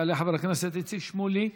יעלה חבר הכנסת איציק שמולי,